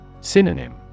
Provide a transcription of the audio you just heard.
Synonym